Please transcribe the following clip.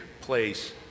place